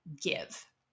give